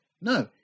No